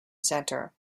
center